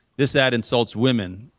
this ad insults women,